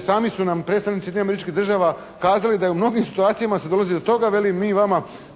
sami su nam predstavnici Sjedinjenih Američkih Država kazali da je u mnogim situacijama se dolazi do toga, veli mi vama